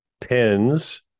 pins